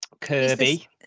Kirby